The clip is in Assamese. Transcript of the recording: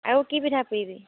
আৰু কি পিঠা পুৰিবি